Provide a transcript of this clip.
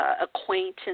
Acquaintance